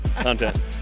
content